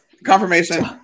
Confirmation